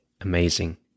amazing